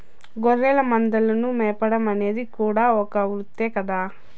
గొర్రెల మందలను మేపడం అనేది కూడా ఒక వృత్తే కదా